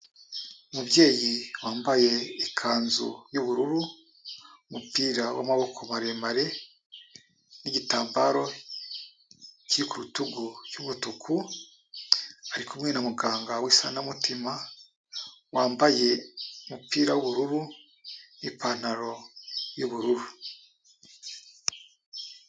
Umubyeyi wambaye ikanzu y'ubururu, umupira w'amaboko maremare n'igitambaro kiri ku rutugu cy'umutuku, ari kumwe na muganga w'isanamutima, wambaye umupira w'ubururu n'ipantaro y'ubururu.